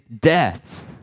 death